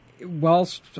whilst